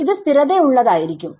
ഇത് സ്ഥിരത ഉള്ളതായിരിക്കും